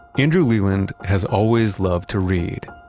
andrew leland has always loved to read.